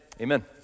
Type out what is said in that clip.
amen